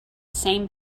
same